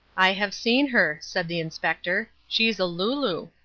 i have seen her, said the inspector. she's a looloo.